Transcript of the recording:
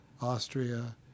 Austria